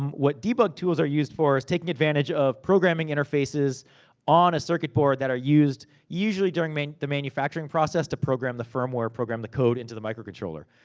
um what debug tools are used for, is taking advantage of programming interfaces on a circuit board, that are used usually during the manufacturing process, to program the firmware, program the code into the micro controller.